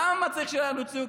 למה צריך שיהיה לנו ייצוג?